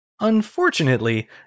Unfortunately